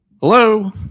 hello